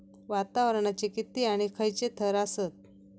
वातावरणाचे किती आणि खैयचे थर आसत?